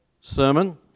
sermon